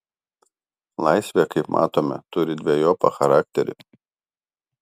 laisvė kaip matome turi dvejopą charakterį